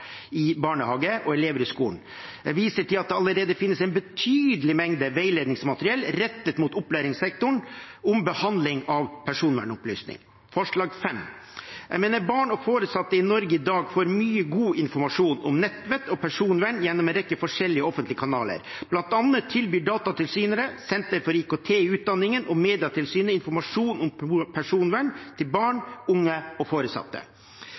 i barnehage og elever i skolen. Jeg viser til at det allerede finnes en betydelig mengde veiledningsmateriell rettet mot opplæringssektoren om behandling av personvernopplysninger. Forslag nr. 5: Jeg mener barn og foresatte i Norge i dag får mye god informasjon om nettvett og personvern gjennom en rekke forskjellige offentlige kanaler. Blant annet tilbyr Datatilsynet, Senter for IKT i utdanningen og Medietilsynet informasjon om personvern til barn, unge og foresatte.